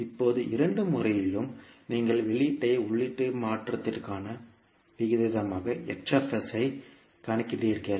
இப்போது இரண்டு முறைகளிலும் நீங்கள் வெளியீட்டை உள்ளீட்டு மாற்றத்திற்கான விகிதமாக ஐ கணக்கிடுகிறீர்கள்